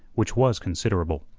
which was considerable.